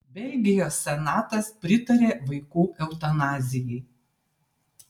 belgijos senatas pritarė vaikų eutanazijai